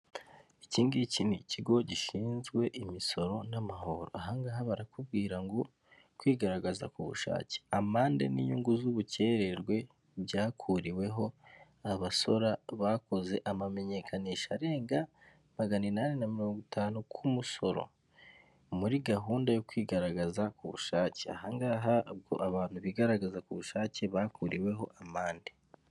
Ikingiki ni ikigo gishinzwe imisoro n'amahoro ahangaha barakubwira ngo kwigaragaza ku bushake, amande n'inyungu z'ubukererwe byakuriweho abasora bakoze amamenyekanisha arenga magana inani na mirongo itanu ku musoro, muri gahunda yo kwigaragaza ku bushake, hangaha ubwo abantu bigaragaza ku bushake bakuriweho amande.